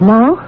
Now